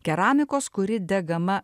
keramikos kuri degama